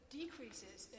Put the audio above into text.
decreases